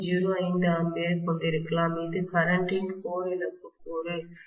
05 A ஐ கொண்டிருக்கலாம் இது கரண்ட் ன் கோர் இழப்புக் கூறு